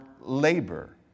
labor